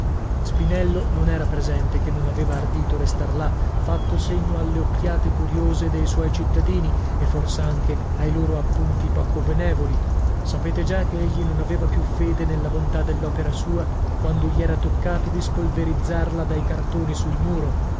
spinello non era presente che non aveva ardito restar là fatto segno alle occhiaie curiose dei suoi cittadini e fors'anche ai loro appunti poco benevoli sapete già che egli non aveva più fede nella bontà dell'opera sua quando gli era toccato di spolverizzarla dai cartoni sul muro